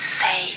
say